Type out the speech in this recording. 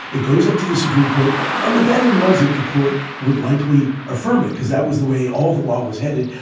it goes up to the supreme court and the betting was that the court would likely affirm it because that was the way all the law was headed.